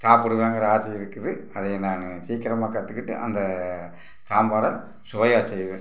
சாப்பிடுவேங்குற ஆசை இருக்குது அதை நான் சீக்கிரமாக கற்றுக்கிட்டு அந்த சாம்பாரை சுவையாக செய்வேன்